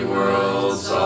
Worlds